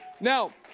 now